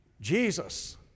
Jesus